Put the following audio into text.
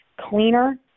cleaner